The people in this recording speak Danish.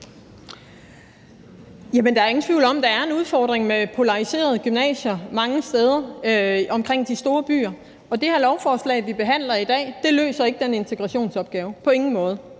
der er ingen tvivl om, at der er en udfordring med polariserede gymnasier mange steder omkring de store byer. Og det her lovforslag, vi behandler i dag, løser ikke den integrationsopgave – på ingen måde.